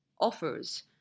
offers